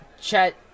Chet